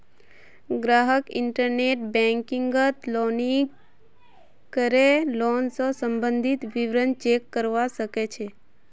ग्राहक इंटरनेट बैंकिंगत लॉगिन करे लोन स सम्बंधित विवरण चेक करवा सके छै